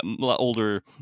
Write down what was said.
older